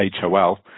HOL